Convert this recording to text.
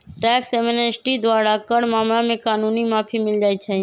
tax amnesty द्वारा कर मामला में कानूनी माफी मिल जाइ छै